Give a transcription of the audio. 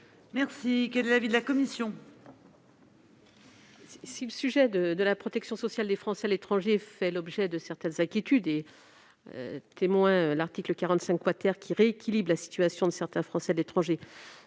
! Quel est l'avis de la commission ?